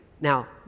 now